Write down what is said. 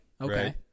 okay